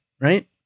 right